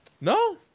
No